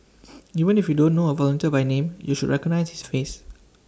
even if you don't know A volunteer by name you should recognise his face